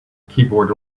keyboard